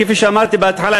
כפי שאמרתי בהתחלה,